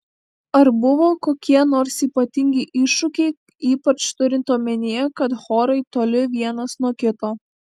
ar buvo kokie nors ypatingi iššūkiai ypač turint omenyje kad chorai toli vienas nuo kito